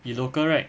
你 local right